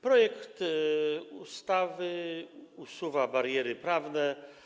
Projekt ustawy usuwa bariery prawne.